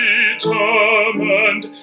Determined